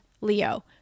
Leo